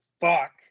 fuck